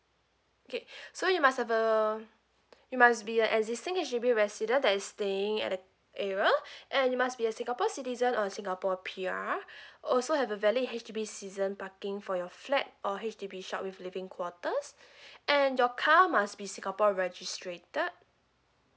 okay so you must have a you must be a existing H_D_B resident that is staying at that area and you must be a singapore citizen or singapore P_R also have a valid H_D_B season parking for your flat or H_D_B shop with living quarters and your car must be singapore registrated